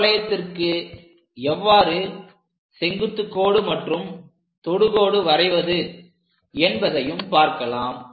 பரவளையத்திற்கு எவ்வாறு செங்குத்து கோடு மற்றும் தொடுகோடு வரைவது என்பதையும் பார்க்கலாம்